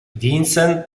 vincent